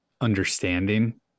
understanding